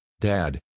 Dad